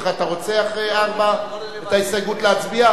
אתה רוצה על ההסתייגות להצביע?